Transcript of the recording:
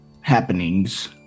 happenings